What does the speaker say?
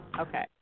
Okay